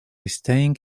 staying